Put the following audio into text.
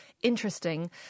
interesting